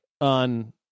on